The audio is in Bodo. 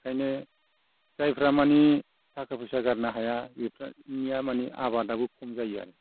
ओंखायनो जायफोरा माने थाखा फैसा गारनो हाया बेफोरनिया माने आबादाबो खम जायो आरो